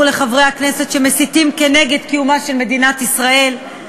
לחברי הכנסת שמסיתים כנגד קיומה של מדינת ישראל.